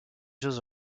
jeux